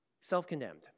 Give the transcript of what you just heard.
self-condemned